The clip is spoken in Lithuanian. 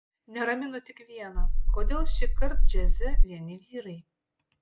neramino tik viena kodėl šįkart džiaze vieni vyrai